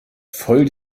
voll